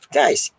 Guys